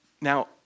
Now